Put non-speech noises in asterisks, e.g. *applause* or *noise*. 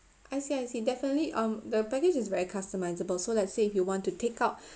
I see I see definitely um the package is very customisable so let's say if you want to take out *breath*